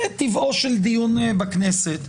זה טבעו של דיון בכנסת,